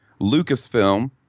Lucasfilm